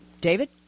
David